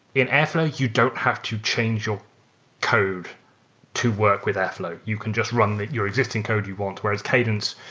in airflow, you don't have to change your code to work with airflow. you can just run your existing code you want. whereas cadence,